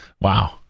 wow